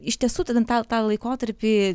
iš tiesų tą tą laikotarpį